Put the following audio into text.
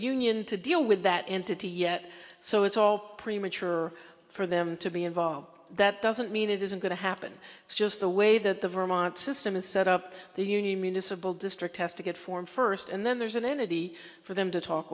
union to deal with that entity yet so it's all premature for them to be involved that doesn't mean it isn't going to happen it's just the way that the vermont system is set up the union municipal district has to get formed first and then there's an entity for them to talk